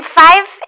five